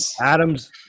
adams